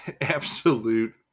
absolute